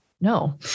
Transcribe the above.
No